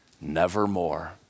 Nevermore